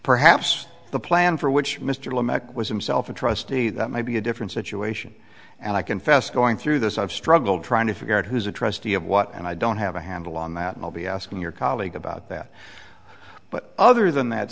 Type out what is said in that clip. perhaps the plan for which mr lamech was himself a trustee that might be a different situation and i confess going through this i've struggled trying to figure out who's a trustee of what and i don't have a handle on that and i'll be asking your colleague about that but other than that